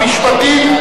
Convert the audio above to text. המשפטית,